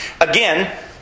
Again